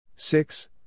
Six